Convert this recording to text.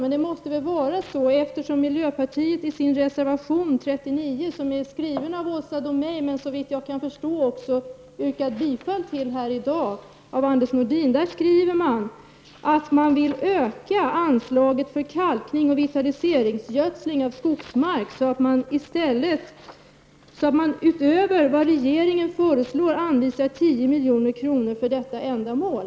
Men det måste väl vara så, eftersom miljöpartiet i sin reservation 39 skriver att man vill öka anslaget för kalkning och vitaliseringsgödsling av skogsmark och att man utöver vad regeringen föreslår anvisar 10 milj.kr. för detta ändamål. Reservationen är skriven av Åsa Domeij, men såvitt jag förstår har också Anders Nordin yrkat bifall till den här i dag.